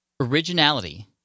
Originality